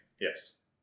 Yes